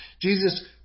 Jesus